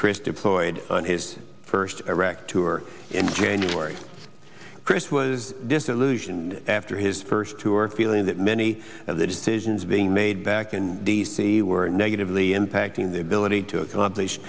chris deployed on his first iraq tour in january chris was disillusioned after his first tour feeling that many of the decisions being made back in d c were negatively impacting the ability to accomplish